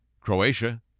Croatia